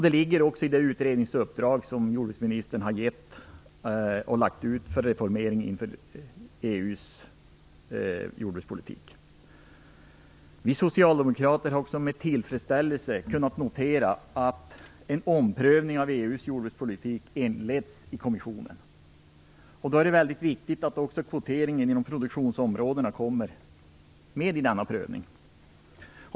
Det ligger också i det utredningsuppdrag som jordbruksministern har gett för reformering av EU:s jordbrukspolitik. Vi socialdemokrater har också med tillfredsställelse kunnat notera att en omprövning av EU:s jordbrukspolitik inletts i kommissionen. Det är väldigt viktigt att också kvoteringen inom produktionsområdena kommer med i denna prövning.